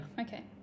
Okay